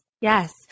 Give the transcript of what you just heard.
Yes